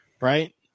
right